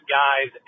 guys